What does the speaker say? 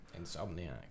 insomniac